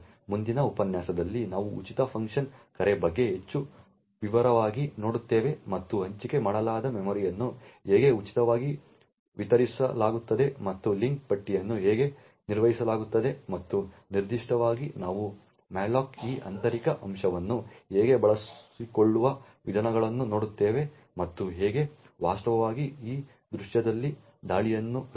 ಮುಂದಿನ ಉಪನ್ಯಾಸದಲ್ಲಿ ನಾವು ಉಚಿತ ಫಂಕ್ಷನ್ ಕರೆ ಬಗ್ಗೆ ಹೆಚ್ಚು ವಿವರವಾಗಿ ನೋಡುತ್ತೇವೆ ಮತ್ತು ಹಂಚಿಕೆ ಮಾಡಲಾದ ಮೆಮೊರಿಯನ್ನು ಹೇಗೆ ಉಚಿತವಾಗಿ ವಿತರಿಸಲಾಗುತ್ತದೆ ಮತ್ತು ಲಿಂಕ್ ಪಟ್ಟಿಯನ್ನು ಹೇಗೆ ನಿರ್ವಹಿಸಲಾಗುತ್ತದೆ ಮತ್ತು ನಿರ್ದಿಷ್ಟವಾಗಿ ನಾವು ಮ್ಯಾಲೋಕ್ನ ಈ ಆಂತರಿಕ ಅಂಶಗಳನ್ನು ಹೇಗೆ ಬಳಸಿಕೊಳ್ಳುವ ವಿಧಾನಗಳನ್ನು ನೋಡುತ್ತೇವೆ ಮತ್ತು ಹೇಗೆ ವಾಸ್ತವವಾಗಿ ಈ ದೃಶ್ಯದಲ್ಲಿ ದಾಳಿಯನ್ನು ರಚಿಸಿ